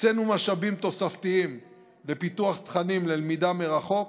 הקצינו משאבים תוספתיים לפיתוח תכנים ללמידה מרחוק.